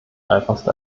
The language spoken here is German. einfachste